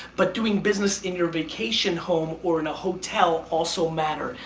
but doing business in your vacation home or in a hotel also mattered.